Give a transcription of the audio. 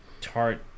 tart